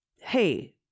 hey